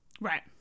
Right